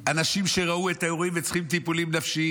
אנשים שראו את האירועים וצריכים טיפולים נפשיים.